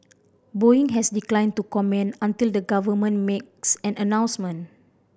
Boeing has declined to comment until the government makes an announcement